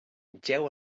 jeu